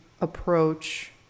approach